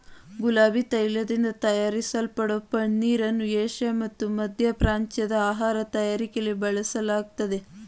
ಗುಲಾಬಿ ತೈಲದಿಂದ ತಯಾರಿಸಲ್ಪಡೋ ಪನ್ನೀರನ್ನು ಏಷ್ಯಾ ಮತ್ತು ಮಧ್ಯಪ್ರಾಚ್ಯದ ಆಹಾರ ತಯಾರಿಕೆಲಿ ಬಳಸಲಾಗ್ತದೆ